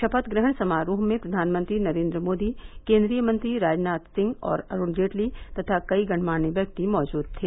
शपथ ग्रहण समारोह में प्रधानमंत्री नरेन्द्र मोदी केन्द्रीय मंत्री राजनाथ सिंह और अरूण जेटली तथा कई गण्यमान्य व्यक्ति मौजूद थे